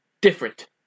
different